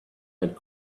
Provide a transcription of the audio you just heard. had